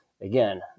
again